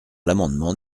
l’amendement